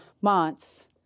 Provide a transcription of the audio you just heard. months